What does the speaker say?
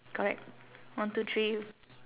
correct one two three